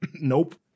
nope